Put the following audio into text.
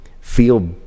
feel